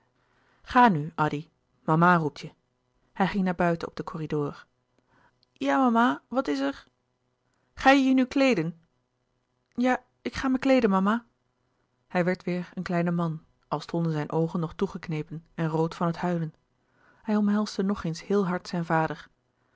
ga nu addy mama roept je hij ging naar buiten op den corridor ja mama wat is er ga je je nu kleeden ja ik ga me kleeden mama hij werd weêr een kleine man als stonden zijn oogen nog toegeknepen en rood van het huilen hij omhelsde nog eens heel hard zijn vader